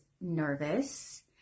nervous